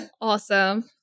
Awesome